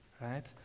right